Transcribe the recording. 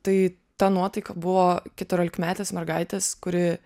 tai ta nuotaika buvo keturiolikmetės mergaitės kuri